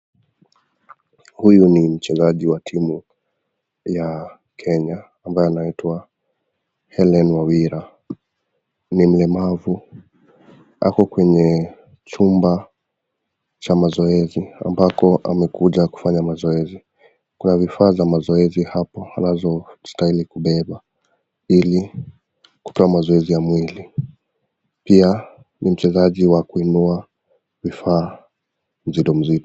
Huyu ni mchezaji wa timu ya Kenya ambaye anaitwa, Hellen Wawira. Ni mlemavu, ako kwenye chumba cha mazoezi ambako amekuja kufanya mazoezi. Kuna vifaa za mazoezi hapo ambazo anastahili kubeba ili kupea mazoezi ya mwili. Pia ni mchezaji wa kuinua vifaa mzito mzito.